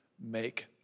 make